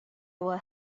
were